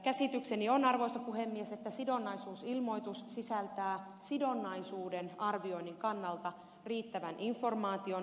käsitykseni on arvoisa puhemies että sidonnaisuusilmoitus sisältää sidonnaisuuden arvioinnin kannalta riittävän informaation